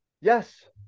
Yes